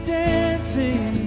dancing